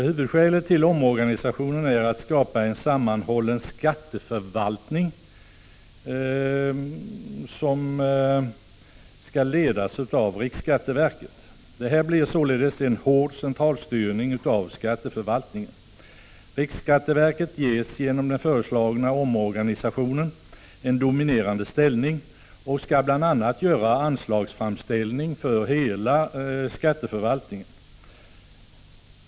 Huvudsyftet med omorganisationen är att skapa en sammanhållen skatteförvaltning, som skall ledas av riksskatteverket. Det blir således en hård centralstyrning av skatteförvaltningen. Riksskatteverket ges genom den föreslagna omorganisationen en dominerande ställning och skall bl.a. göra anslagsframställning för hela skatteförvaltningen.